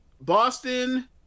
Boston